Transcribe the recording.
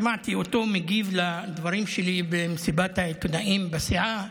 שמעתי אותו מגיב לדברים שלי במסיבת העיתונאים בסיעה,